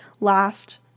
last